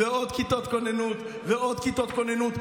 ועוד כיתות כוננות ועוד כיתות כוננות.